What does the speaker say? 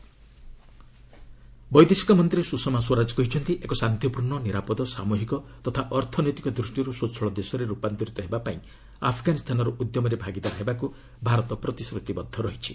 ସୁଷମା ଆଫଗାନିସ୍ତାନ ବୈଦେଶିକ ମନ୍ତ୍ରୀ ସୁଷମା ସ୍ୱରାଜ କହିଛନ୍ତି ଏକ ଶାନ୍ତିପୂର୍ଣ୍ଣ ନିରାପଦ ସାମ୍ବହିକ ତଥା ଅର୍ଥନୈତିକ ଦୂଷ୍ଟିର୍ ସ୍ୱଚ୍ଚଳ ଦେଶରେ ରୂପାନ୍ତରିତ ହେବାପାଇଁ ଆଫଗାନିସ୍ତାନର ଉଦ୍ୟମରେ ଭାଗିଦାର ହେବାକୁ ଭାରତ ପ୍ରତିଶ୍ରତିବଦ୍ଧ ରହିଛି